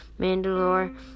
Mandalore